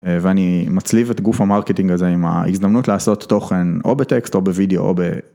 ואני מצליב את גוף המרקטינג הזה עם ההזדמנות לעשות תוכן או בטקסט או בוידאו או ב.